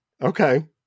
Okay